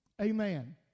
Amen